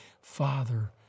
Father